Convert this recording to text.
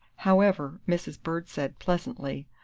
however, mrs. bird said, pleasantly,